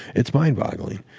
it's mind boggling.